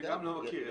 אני גם לא מכיר את זה.